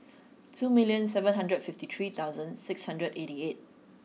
two million seven hundred fifty three thousand six hundred eighty eight